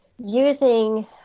using